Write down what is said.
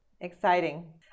Exciting